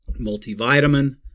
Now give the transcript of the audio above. multivitamin